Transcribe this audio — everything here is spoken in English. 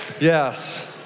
yes